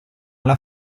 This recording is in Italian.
alla